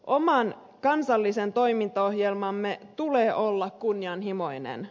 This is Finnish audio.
oman kansallisen toimintaohjelmamme tulee olla kunnianhimoinen